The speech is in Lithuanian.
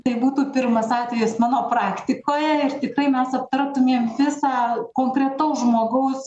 tai būtų pirmas atvejis mano praktikoje ir tikrai mes aptartumėm visą konkretaus žmogaus